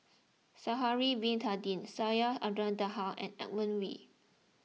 Sha'ari Bin Tadin Syed Abdulrahman Taha and Edmund Wee